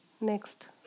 Next